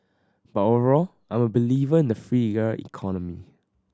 but overall I'm a believer in the freer economy